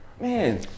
Man